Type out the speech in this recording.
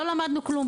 לא למדנו כלום.